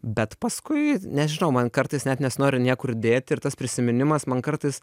bet paskui nežinau man kartais net nesinori niekur dėti ir tas prisiminimas man kartais